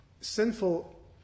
sinful